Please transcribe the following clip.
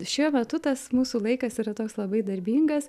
šiuo metu tas mūsų laikas yra toks labai darbingas